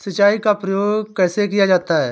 सिंचाई का प्रयोग कैसे किया जाता है?